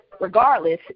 regardless